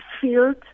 field